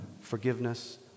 forgiveness